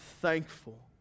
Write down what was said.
thankful